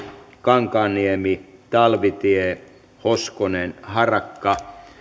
kankaanniemi talvitie hoskonen harakka